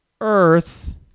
Earth